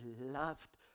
loved